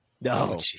No